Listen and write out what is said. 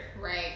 right